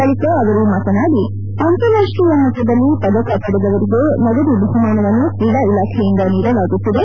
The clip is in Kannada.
ಬಳಿಕ ಅವರು ಮಾತನಾಡಿ ಅಂತಾರಾಷ್ಟೀಯ ಮಟ್ಟದಲ್ಲಿ ಪದಕ ಪಡೆದವರಿಗೆ ನಗದು ಬಹುಮಾನವನ್ನು ಕ್ರೀಡಾ ಇಲಾಖೆಯುಂದ ನೀಡಲಾಗುತ್ತಿದೆ